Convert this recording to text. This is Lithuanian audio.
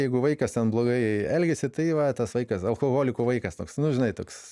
jeigu vaikas ten blogai elgiasi tai va tas vaikas alkoholikų vaikas toks nu žinai toks